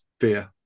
fear